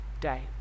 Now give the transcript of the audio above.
day